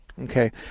Okay